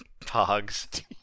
Pogs